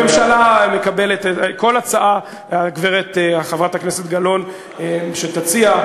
הממשלה מקבלת כל הצעה שחברת הכנסת גלאון תציע.